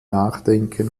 nachdenken